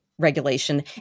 Regulation